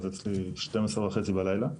אז אצלי 00:30 בלילה.